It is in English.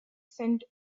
scent